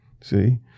See